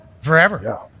forever